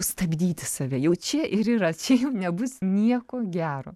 stabdyti save jau čia ir yra čia jau nebus nieko gero